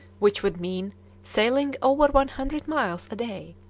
which would mean sailing over one hundred miles a day.